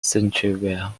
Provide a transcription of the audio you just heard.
centreville